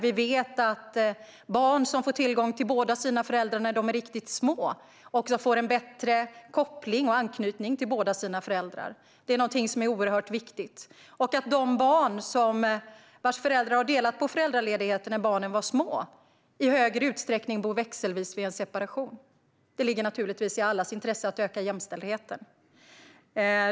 Vi vet att barn som får tillgång till båda sina föräldrar när barnen är riktigt små också får en bättre koppling och anknytning till båda sina föräldrar - det är någonting som är oerhört viktigt - och att de barn vars föräldrar delade på föräldraledigheten när barnen var små i högre utsträckning bor växelvis vid en separation. Det ligger naturligtvis i allas intresse att öka jämställdheten.